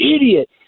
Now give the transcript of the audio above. idiot